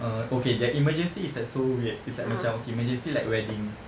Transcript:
uh okay their emergency is like so weird it's like macam okay emergency like wedding